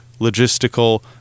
logistical